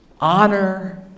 honor